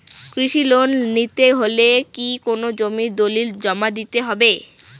কৃষি লোন নিতে হলে কি কোনো জমির দলিল জমা দিতে হবে?